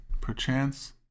Perchance